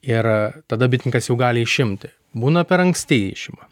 ir tada bitininkas jau gali išimti būna per anksti išima